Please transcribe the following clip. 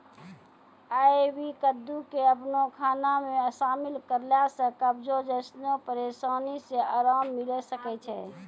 आइ.वी कद्दू के अपनो खाना मे शामिल करला से कब्जो जैसनो परेशानी से अराम मिलै सकै छै